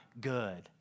good